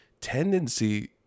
tendency